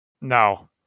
no